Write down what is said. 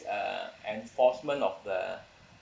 uh enforcement of the